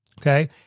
okay